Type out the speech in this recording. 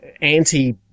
anti